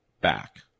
Back